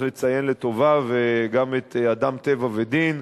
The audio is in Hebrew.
גם ל"אדם טבע ודין"